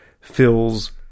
fills